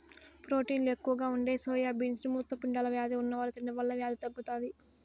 ప్రోటీన్లు ఎక్కువగా ఉండే సోయా బీన్స్ ని మూత్రపిండాల వ్యాధి ఉన్నవారు తినడం వల్ల వ్యాధి తగ్గుతాది